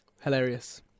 hilarious